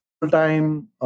full-time